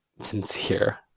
sincere